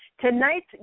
tonight's